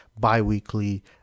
bi-weekly